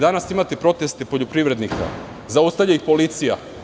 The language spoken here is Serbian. Danas imate proteste poljoprivrednika, zaustavlja ih policija.